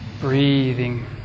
breathing